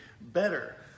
better